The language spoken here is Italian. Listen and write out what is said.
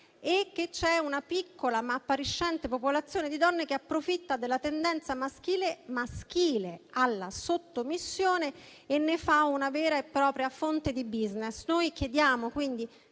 perché c'è una piccola, ma appariscente popolazione di donne che approfitta della tendenza maschile alla sottomissione per farne una vera e propria fonte di *business*.